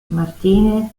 martinez